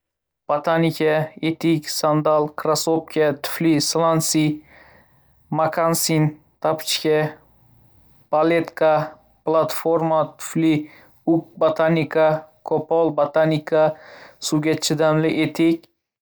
Botinka, etik, sandal, krossovka, tufli, slansi, mokasin, tapochka, baletka, platforma tufli, ugg botinka, qo‘pol botinka, suvga chidamli etik.